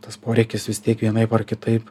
tas poreikis vis tiek vienaip ar kitaip